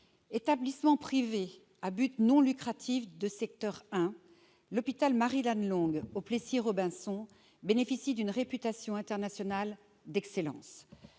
établissement privé à but non lucratif de secteur 1, l'hôpital Marie-Lannelongue, du Plessis-Robinson, bénéficie d'une réputation internationale d'excellence.